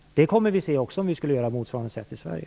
Det kommer vi också att få se om vi gör på motsvarande sätt i Sverige.